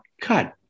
cut